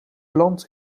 land